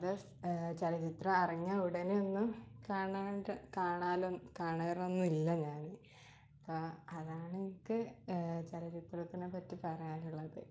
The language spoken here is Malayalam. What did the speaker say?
ചലച്ചിത്രം ഇറങ്ങിയാൽ ഉടനെ ഒന്നും കാണാണ്ട് കാണലും കാണാറൊന്നുമില്ല ഞാന് അപ്പം അതാണെൻക്ക് ചലച്ചിത്രത്തിനെപ്പറ്റി പറയാനുള്ളത്